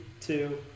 two